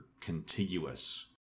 contiguous